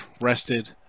Rested